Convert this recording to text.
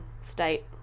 state